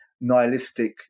nihilistic